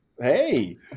Hey